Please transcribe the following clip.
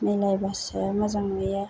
मिलायबासो मोजां नुयो